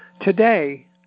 Today